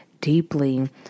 deeply